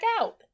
out